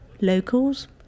Locals